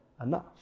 enough